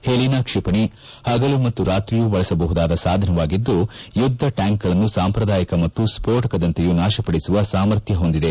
ಹೆಲಿನಾ ಕ್ಷಿಪಣಿ ಹಗಲು ಮತ್ತು ರಾತ್ರಿಯೂ ಬಳಸಬಹುದಾದ ಸಾಧನವಾಗಿದ್ದು ಯುದ್ದ ಟ್ಲಾಂಕ್ಗಳನ್ನು ಸಾಂಪ್ರದಾಯಿಕ ಮತ್ತು ಸ್ನೋಟಕದಂತೆಯೂ ನಾಶಪಡಿಸುವ ಸಾಮಾರ್ಥ್ಲ ಹೊಂದಿದೆ